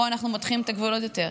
פה אנחנו מותחים את הגבול עוד יותר,